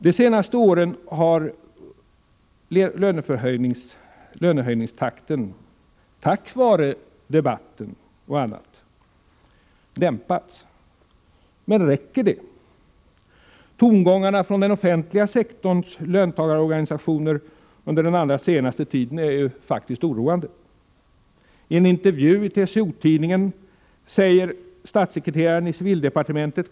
De senaste åren har lönehöjningstakten tack vare debatten dämpats. Men räcker detta? Tongångarna från den offentliga sektorns löntagarorganisationer under den allra senaste tiden är faktiskt oroande. I en intervju i TCO-Tidningen säger statssekreteraren i civildepartementet.